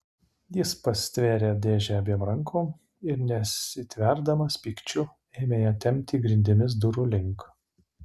jis pastvėrė dėžę abiem rankom ir nesitverdamas pykčiu ėmė ją tempti grindimis durų link